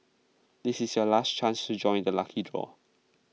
this is your last chance to join the lucky draw